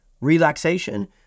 relaxation